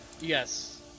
Yes